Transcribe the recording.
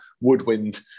woodwind